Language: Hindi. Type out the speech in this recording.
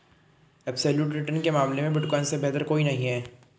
एब्सोल्यूट रिटर्न के मामले में बिटकॉइन से बेहतर कोई नहीं है